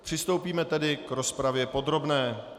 Přistoupíme tedy k rozpravě podrobné.